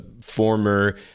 former